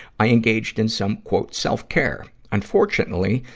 i engaged in some self-care. unfortunately,